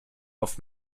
auf